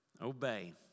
Obey